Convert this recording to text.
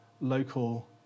local